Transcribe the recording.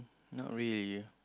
not really